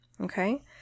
okay